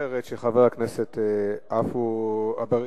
אחרת של חבר הכנסת עפו אגבאריה.